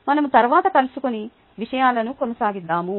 మనం తరువాత కలుసుకుని విషయాలను కొనసాగిదాము